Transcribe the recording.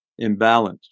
imbalanced